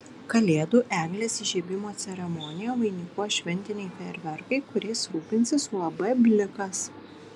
kalėdų eglės įžiebimo ceremoniją vainikuos šventiniai fejerverkai kuriais rūpinsis uab blikas